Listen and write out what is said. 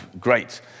great